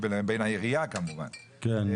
ובין העירייה כמובן -- כן,